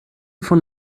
von